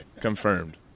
Confirmed